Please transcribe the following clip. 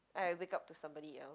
I have wake up to somebody else